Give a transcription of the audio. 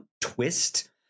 twist